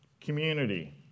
community